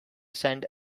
send